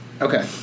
Okay